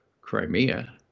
Crimea